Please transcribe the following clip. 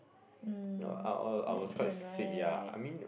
um very sian right